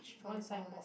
one signboard